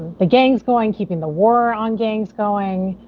the gangs going, keeping the war on gangs going,